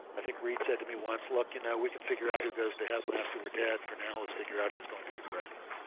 i think reed said to me once, look, you know, we can figure out who goes to heaven after we're dead for now let's figure out who's going to be president.